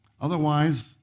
Otherwise